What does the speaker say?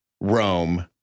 Rome